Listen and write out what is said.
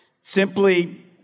simply